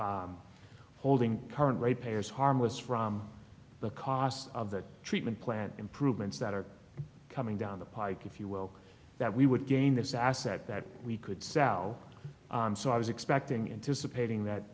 holding current rate payers harmless from the cost of the treatment plant improvements that are coming down the pike if you will that we would gain this asset that we could sell and so i was expecting anticipating that